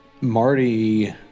Marty